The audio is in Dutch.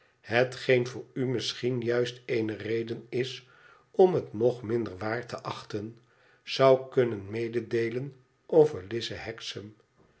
hetgeen voor u misschien juist eene reden is om het nog minder waard te achten zou kunnen mededeelen over lize